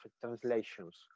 translations